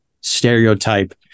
stereotype